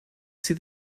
sydd